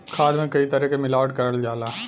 खाद में कई तरे क मिलावट करल जाला